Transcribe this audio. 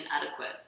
inadequate